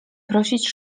prosić